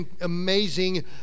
amazing